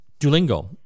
Duolingo